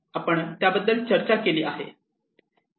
आपण त्याबद्दल चर्चा केली आहे